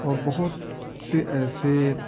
اور بہت سے ایسے